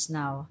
now